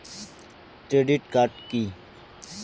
Credit card key?